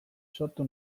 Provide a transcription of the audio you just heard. sortu